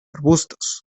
arbustos